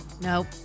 Nope